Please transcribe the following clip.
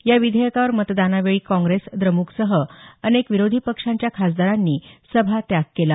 या विधेयकावर मतदानावेळी काँग्रेस द्रमुकसह अनेक विरोधी पक्षांच्या खासदारांनी सभात्याग केला